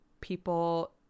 people